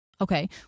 Okay